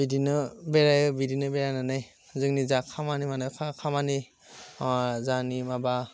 बिदिनो बेरायो बिदिनो बेरायनानै जोंनि जा खामानि मावनाय खाह खामानि जाहानि माबा